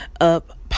Up